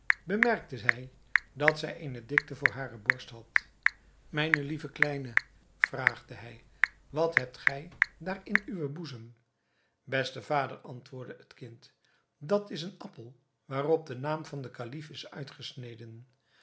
bemerkte hij dat zij eene dikte voor hare borst had mijne lieve kleine vraagde hij wat hebt gij daar in uwen boezem beste vader antwoordde het kind dat is een appel waarop de naam van den kalif is uitgesneden